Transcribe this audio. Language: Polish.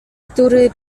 który